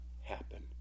happen